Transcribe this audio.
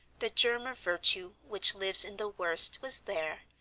the germ of virtue, which lives in the worst, was there,